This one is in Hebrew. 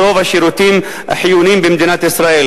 רוב השירותים החיוניים במדינת ישראל,